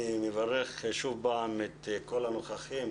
אני שוב מברך את כל הנוכחים,